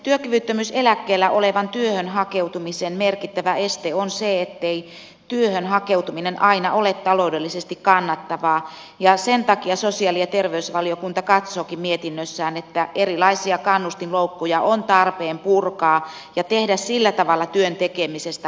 työkyvyttömyyseläkkeellä olevan työhön hakeutumisen merkittävä este on se ettei työhön hakeutuminen aina ole taloudellisesti kannattavaa ja sen takia sosiaali ja terveysvaliokunta katsookin mietinnössään että erilaisia kannustinloukkuja on tarpeen purkaa ja tehdä sillä tavalla työn tekemisestä houkuttelevampaa